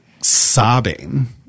sobbing